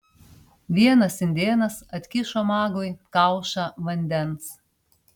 vienas indėnas atkišo magui kaušą vandens